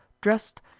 dressed